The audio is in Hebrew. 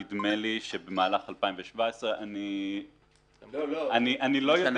נדמה לי שבמהלך 2017. אני נציג